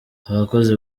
abakozi